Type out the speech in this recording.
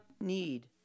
need